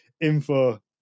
info